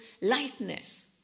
lightness